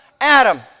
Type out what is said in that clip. Adam